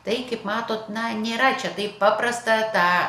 tai kaip matot na nėra čia taip paprasta tą